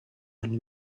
and